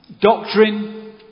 doctrine